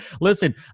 listen